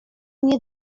nie